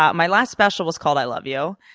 ah my last special was called i love you,